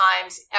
times